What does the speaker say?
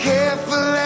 Careful